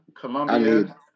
Colombia